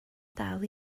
dal